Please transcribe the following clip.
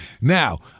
Now